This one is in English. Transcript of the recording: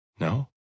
No